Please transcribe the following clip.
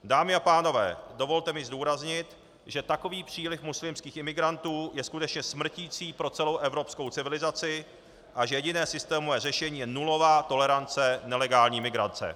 Dámy a pánové, dovolte mi zdůraznit, že takový příliv muslimských imigrantů je skutečně smrtící pro celou evropskou civilizaci a že jediné systémové řešení je nulová tolerance nelegální imigrace.